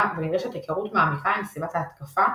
ונדרשת היכרות מעמיקה עם סביבת ההתקפה,